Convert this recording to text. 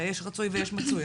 יש רצוי ויש מצוי,